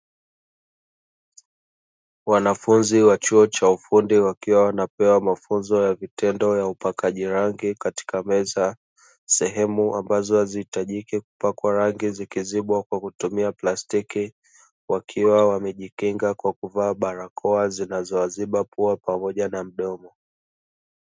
Wanafunzi wa chuo cha ufundi, wakiwa wanapewa mafunzo ya vitendo ya upakaji rangi katika meza, sehemu ambazo hazihitajiki kupakwa rangi zikizibwa kwa kutumia plastiki, wakiwa wamejikinga kwa kuvaa barakoa zinazowaziba pua pamoja na mdomo.